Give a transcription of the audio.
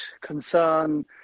concern